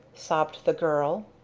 sobbed the girl.